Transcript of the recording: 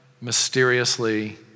mysteriously